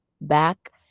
back